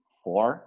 four